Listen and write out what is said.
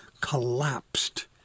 collapsed